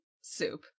soup